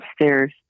upstairs